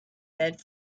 bed